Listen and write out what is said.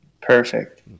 Perfect